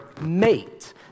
Mate